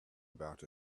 about